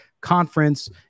conference